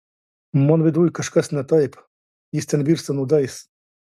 mano viduj kažkas ne taip jis ten virsta nuodais